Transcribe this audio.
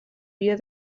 via